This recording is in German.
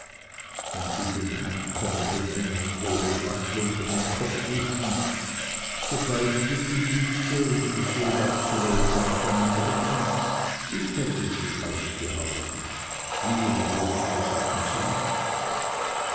wenn sie den heimkommenden männern ohne waschlumpen den kopf wuschen so beichteten diese um die schuld abzuwälzen auf einen dritten ich hätte sie aufgehalten wie und womit das sagten sie nicht